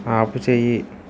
ఆపుచేయి